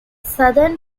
southern